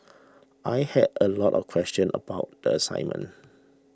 I had a lot of questions about the assignment